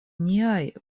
niaj